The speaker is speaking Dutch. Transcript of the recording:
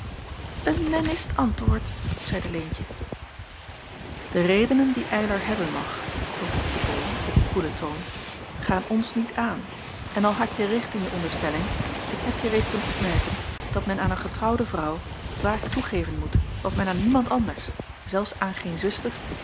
een mennist antwoord zeide leentje de redenen die eylar hebben mag vervolgde bol op koelen toon gaan ons niet aan en al hadje recht in je onderstelling ik heb je reeds doen opmerken dat men aan een getrouwde vrouw vaak toegeven moet wat men aan niemand anders zelfs aan geen zuster